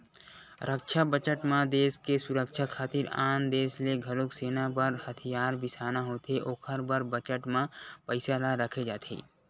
रक्छा बजट म देस के सुरक्छा खातिर आन देस ले घलोक सेना बर हथियार बिसाना होथे ओखर बर बजट म पइसा ल रखे जाथे